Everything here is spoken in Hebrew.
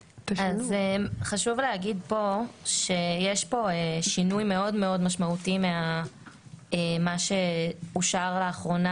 חשוב להגיד כאן שיש כאן שינוי מאוד מאוד משמעותי ממה שאושר לאחרונה